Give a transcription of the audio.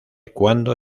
cuando